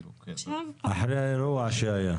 אחרי האירוע שהיה.